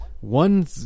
one